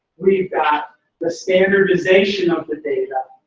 we've got the standardization of the data.